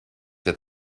that